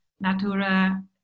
Natura